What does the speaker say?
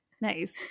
nice